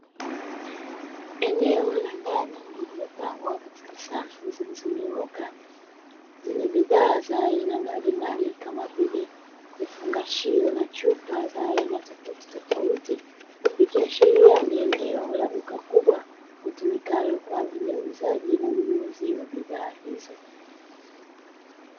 Eneo la ndani lililopangwa katika Safu zilizonyooka, zenye bidhaa za aina mbalimbali Kama vile, vifungashio na chupa za aina tofautitofauti, likiashiria ni eneo la duka kubwa litumikalo kwa ajili ya uuzaji na ununuzi wa bidhaa hizo.